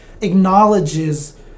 acknowledges